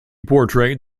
portrayed